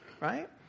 Right